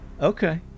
Okay